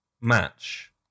match